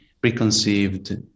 preconceived